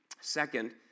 Second